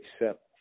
accept